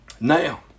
Now